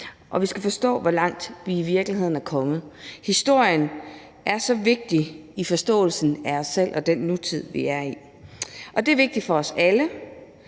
og vi skal forstå, hvor langt vi i virkeligheden er kommet. Historien er så vigtig for forståelsen af os selv og den nutid, vi er i. Det er vigtigt for os alle.